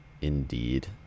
indeed